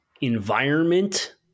environment